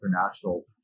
international